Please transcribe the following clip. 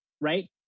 right